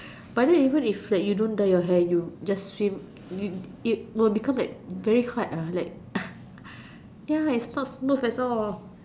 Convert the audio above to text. but then even if like you don't dye your hair you just swim you it will become like very hard ah like ya it's not smooth at all